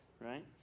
right